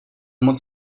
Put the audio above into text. moc